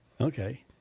Okay